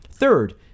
Third